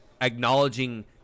acknowledging